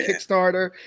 kickstarter